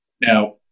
Now